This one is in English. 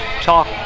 talk